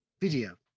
video